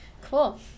Cool